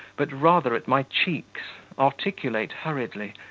but rather at my cheeks, articulate hurriedly,